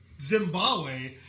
Zimbabwe